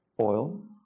oil